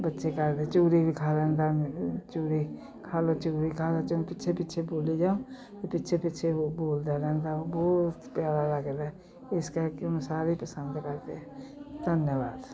ਬੱਚੇ ਕਰਦੇ ਚੂਰੀ ਵੀ ਖਾ ਲੈਂਦਾ ਚੂਰੀ ਖਾ ਲਉ ਚੂਰੀ ਖਾ ਲਉ ਚੂ ਪਿੱਛੇ ਪਿੱਛੇ ਬੋਲੀ ਜਾਓ ਅਤੇ ਪਿੱਛੇ ਪਿੱਛੇ ਉਹ ਬੋਲਦਾ ਰਹਿੰਦਾ ਉਹ ਬਹੁਤ ਪਿਆਰਾ ਲੱਗਦਾ ਇਸ ਕਰਕੇ ਇਹਨੂੰ ਸਾਰੇ ਪਸੰਦ ਕਰਦੇ ਧੰਨਵਾਦ